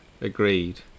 Agreed